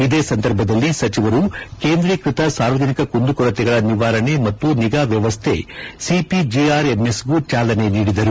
ಇದೇ ಸಂದರ್ಭದಲ್ಲಿ ಸಚಿವರು ಕೇಂದ್ರೀಕೃತ ಸಾರ್ವಜನಿಕ ಕುಂದುಕೊರತೆಗಳ ನಿವಾರಣೆ ಮತ್ತು ನಿಗಾ ವ್ಯವಸ್ಥೆ ಶಿಪಿಜಿಆರ್ಎಂಎಸ್ಗೂ ಚಾಲನೆ ನೀಡಿದರು